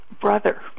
brother